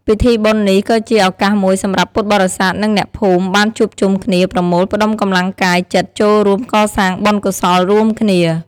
ពិធីបុណ្យនេះក៏ជាឱកាសមួយសម្រាប់ពុទ្ធបរិស័ទ និងអ្នកភូមិបានជួបជុំគ្នា ប្រមូលផ្ដុំកម្លាំងកាយចិត្តចូលរួមកសាងបុណ្យកុសលរួមគ្នា។